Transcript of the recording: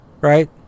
Right